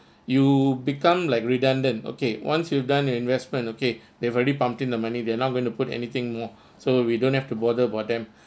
you become like redundant okay once you've done the investment okay they've already pumped in the money they're not going to put anything more so we don't have to bother about them